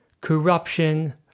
Corruption